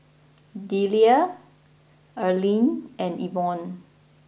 Deliah Earlean and Evon